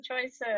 choices